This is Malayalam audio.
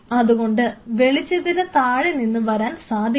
അതുകൊണ്ട് വെളിച്ചത്തിന് താഴെ നിന്ന് വരാൻ സാധിക്കില്ല